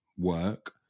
work